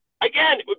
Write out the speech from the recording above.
again